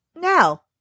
Now